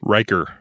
Riker